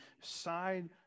side